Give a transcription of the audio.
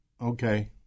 Okay